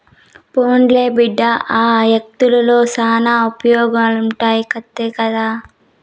పోన్లే బిడ్డా, ఆ యాకుల్తో శానా ఉపయోగాలుండాయి ఎత్తకరా